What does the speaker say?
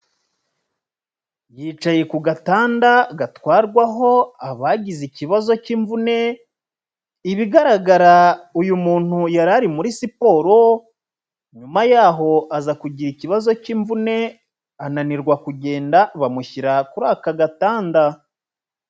Yicaye ku gatanda gatwarwaho abagize ikibazo cy'imvune, ibigaragara uyu muntu yari ari muri siporo, nyuma yaho aza kugira ikibazo cy'imvune, ananirwa kugenda, bamushyira kuri aka gatanda.